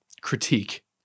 critique